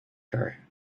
her